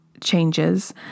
changes